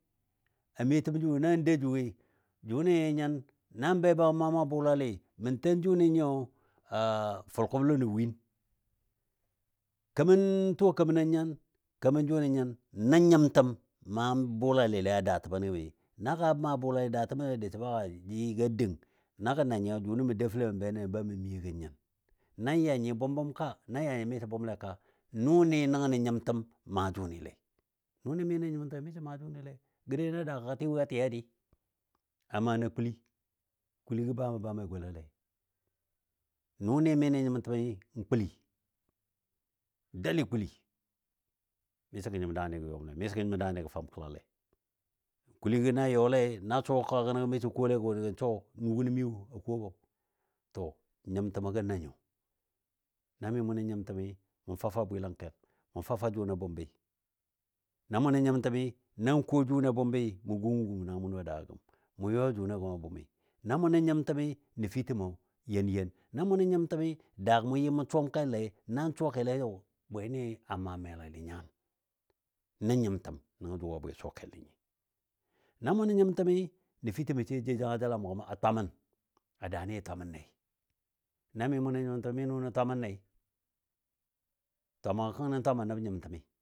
A miyotəm jʊ nɨ, nan dou jʊi jʊnɨ nyin, nan bei ba mʊ maa maa bʊlalɨ mə ten jʊni nyiyo a fʊlkʊblənɔ win kemən tuwa kemənɔ nyin keman jʊnɨ nyin, Nə nyimtəm maa bʊlalɨlɛ a daatəbni gəmɨ. Na ga maa bʊlalɨ a daatəbni diso be ga yɨ ga dəng, na gənanyiyo jʊni mə dou fəlen mə be nəni ba mə miyo gən nyin? Na ya nyi bʊm bʊm ka, nan ya nyi miso bʊmle ka. Nʊni nənganɔ nyimtəm maa jʊnile. Nʊnɨ mi nən nyimtəmɨ miso maa jʊnile, gə dai na daago a tɨ wo a tɨ a dɨ. A mana kulɨ, kulɨgɔ bama bamai golagɔle. Nʊni mi nən nyimtəmi n kulɨ, dali kulɨ misɔ gə nyim daani gə yɔmle, misɔ gə nyim daani gə fam kəlalei. Kulɨgɔ na yɔle nan sɔ kəga gənɔ gəmi miso kolegɔ sɔ. Nu gənɔ miwo a kobɔ, to nyimtəmə gənanyo. Na mi mʊ nən nyimtəmi mʊ fafa bwɨlangkel, mʊ fafa nʊni a bʊmbi. Na mʊnə nyimtəmi nan ko jʊni a bʊmbi, mʊ gungəm gungəm naa munɔ wo a daagɔ gəm. Mʊ yɔ yɔ jʊni gəm a bʊmi. Na mʊ nən nyimtəmi nəbfitəmo yen yen. Na mʊ nən nyimtəmi daagɔ mʊ yɨ mʊ suwam kelle, nan suwa keli yo bweni a maa melalɨ nyan, nə nyimtəm nəngɔ jʊ a bwɨ suwa kelni nyi. Na mʊ nə nyimtəmi nəbfitəmo sai jou jangajel a mʊ gəm a twamən a daani jə twamənne, na mi mʊ nən nyimtəmi mi nʊni twamən nei. Twamagɔ kənkəni twama nəb nyimtəmi